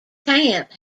camp